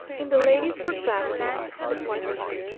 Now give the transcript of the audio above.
in the lady's work-basket, said whiteside.